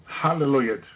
Hallelujah